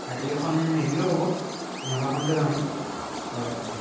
আৰটিকাখন নিদিলেও হ'ব ইন'ভাখনতে যাম আমি হয় হয়